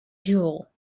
jewel